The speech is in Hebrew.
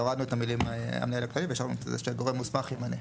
הורדנו את המילים המנהל הכללי והשארנו גורם מוסמך ימנה.